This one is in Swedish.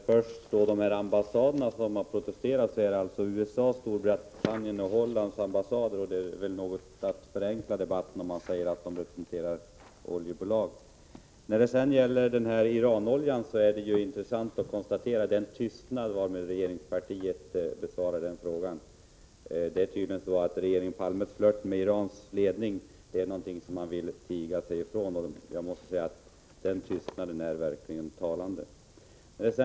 Herr talman! De ambassader som har protesterat är alltså USA:s, Storbritanniens och Hollands ambassader, och det är väl att något förenkla debatten om man säger att de representerar oljebolag. När det gäller Iranoljan är det intressant att konstatera den tystnad varmed regeringen besvarar frågan. Regeringen Palmes flört med Irans ledning är tydligen någonting som man vill tiga sig ifrån. Jag måste säga att den tystnaden verkligen är talande.